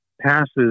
passes